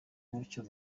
gutyo